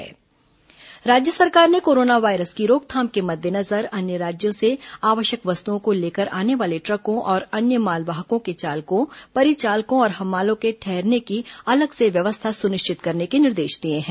corona मालवाहक निर्देश अस्पताल राज्य सरकार ने कोरोना वायरस की रोकथाम के मद्देनजर अन्य राज्यों से आवश्यक वस्तुओं को लेकर आने वाले द्रकों और अन्य मालवाहकों के चालकों परिचालकों और हम्मालों के ठहरने की अलग से व्यवस्था सुनिश्चित करने के निर्देश दिए हैं